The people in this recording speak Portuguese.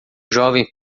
jovem